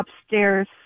upstairs